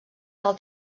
del